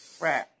right